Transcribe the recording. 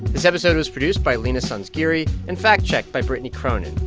this episode was produced by leena sanzgiri and fact-checked by brittany cronin.